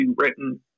written